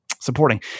supporting